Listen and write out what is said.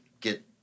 get